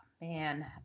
man